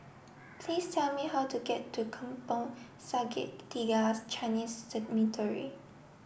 please tell me how to get to Kampong Sungai Tiga Chinese Cemetery